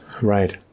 right